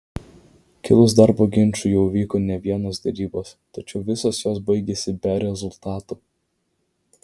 kilus darbo ginčui jau vyko ne vienos derybos tačiau visos jos baigėsi be rezultatų